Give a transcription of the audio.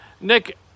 Nick